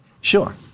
Sure